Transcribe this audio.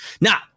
now